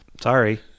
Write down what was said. Sorry